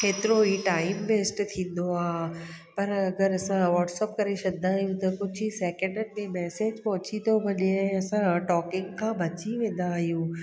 केतिरो ई time waste थींदो आहे पर अगरि असां वॉट्सप करे छॾंदा आहियूं त कुझु ई सैकेंड ते मैसेज पहुची थो वञे ऐं असां टॉकिंग खां बची वेंदा आहियूं